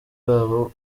babo